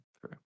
true